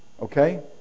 okay